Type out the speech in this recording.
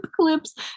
clips